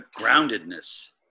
groundedness